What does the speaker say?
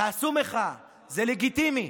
תעשו מחאה, זה לגיטימי,